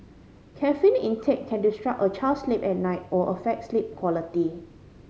caffeine intake can disrupt a child's sleep at night or affect sleep quality